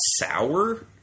sour